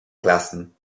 klassen